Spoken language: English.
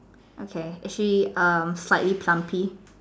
okay is she err slightly plumpy